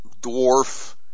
dwarf